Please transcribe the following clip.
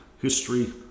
history